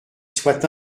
soient